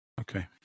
Okay